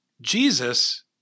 Jesus